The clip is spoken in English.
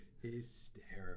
Hysterical